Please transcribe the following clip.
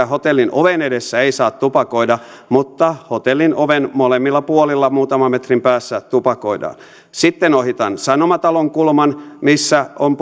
hotellin oven edessä ei saa tupakoida mutta hotellin oven molemmilla puolilla muutaman metrin päässä tupakoidaan sitten ohitan sanomatalon kulman missä on